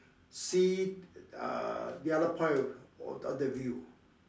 see uh the other point of the other view